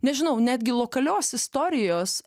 nežinau netgi lokalios istorijos